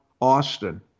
Austin